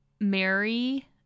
marry